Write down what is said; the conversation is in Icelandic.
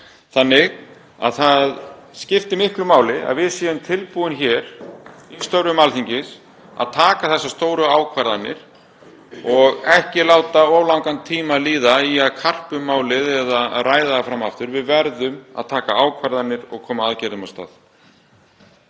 dag. Því skiptir miklu máli að við séum tilbúin í störfum Alþingis að taka þessar stóru ákvarðanir og láta ekki of langan tíma líða í að karpa um málið eða ræða það fram aftur. Við verðum að taka ákvarðanir og koma aðgerðum af stað.